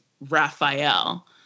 Raphael